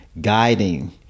guiding